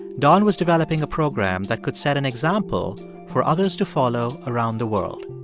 don was developing a program that could set an example for others to follow around the world.